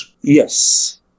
Yes